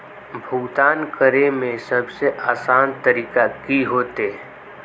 भुगतान करे में सबसे आसान तरीका की होते?